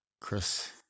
Chris